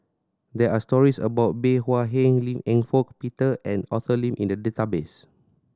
there are stories about Bey Hua Heng Lim Eng Hock Peter and Arthur Lim in the database